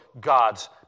God's